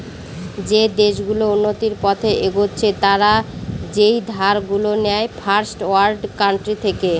যে দেশ গুলো উন্নতির পথে এগচ্ছে তারা যেই ধার গুলো নেয় ফার্স্ট ওয়ার্ল্ড কান্ট্রি থেকে